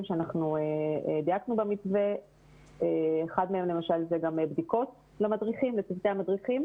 כאשר אחד מהם למשל אלה הבדיקות לצוותי המדריכים.